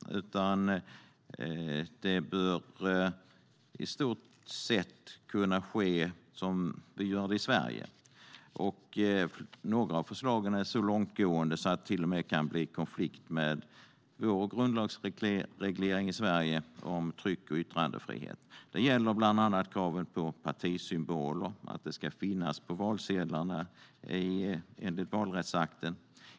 Det bör i stort kunna gå till som i Sverige. Några av förslagen är så långtgående att det till och med kan bli konflikt med vår grundlagsreglering i Sverige om tryck och yttrandefrihet. Det gäller bland annat kravet i valrättsakten på att partisymboler ska finnas på valsedlarna.